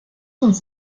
uns